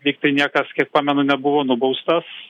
lygtai niekas kiek pamenu nebuvo nubaustas